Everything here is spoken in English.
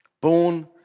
born